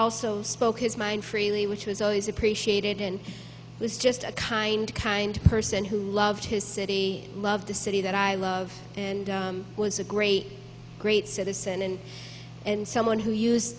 also spoke his mind freely which was always appreciated and was just a kind kind person who loved his city loved the city that i love and was a great great citizen and and someone who use